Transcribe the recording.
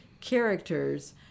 characters